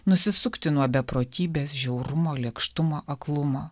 nusisukti nuo beprotybės žiaurumo lėkštumo aklumo